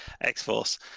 X-Force